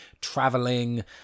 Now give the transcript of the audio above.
traveling